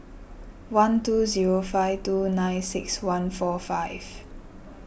one two zero five two nine six one four five